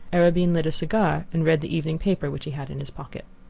arobin lit a cigar and read the evening paper, which he had in his pocket.